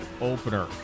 opener